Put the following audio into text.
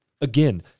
Again